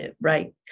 right